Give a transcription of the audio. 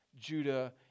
Judah